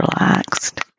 relaxed